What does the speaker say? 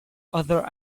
other